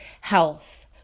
Health